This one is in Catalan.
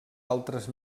altres